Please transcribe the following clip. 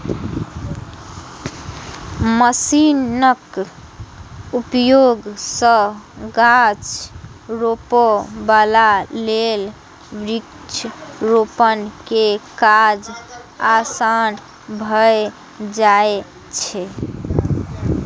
मशीनक उपयोग सं गाछ रोपै बला लेल वृक्षारोपण के काज आसान भए जाइ छै